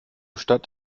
stadt